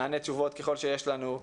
נענה תשובות ככל שיש לנו,